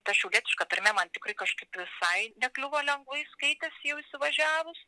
ta šiaulietiška tarmė man tikrai kažkaip visai nekliuvo lengvai skaitės jau įsivažiavus